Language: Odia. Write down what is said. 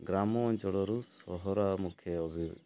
ଗ୍ରାମ ଅଞ୍ଚଳରୁ ସହରା ମୂଖି ଅଭି